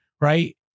right